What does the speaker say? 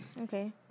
Okay